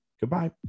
goodbye